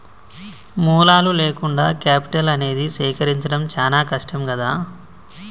మూలాలు లేకుండా కేపిటల్ అనేది సేకరించడం చానా కష్టం గదా